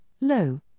low